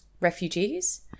refugees